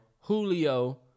Julio